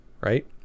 right